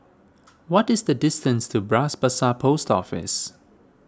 what is the distance to Bras Basah Post Office